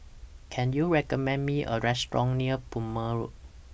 Can YOU recommend Me A Restaurant near Plumer Road